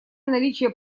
наличие